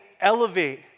elevate